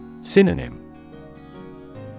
Synonym